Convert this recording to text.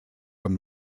from